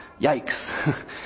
Yikes